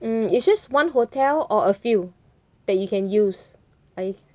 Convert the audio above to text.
mm it's just one hotel or a few that you can use I